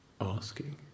asking